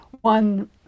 one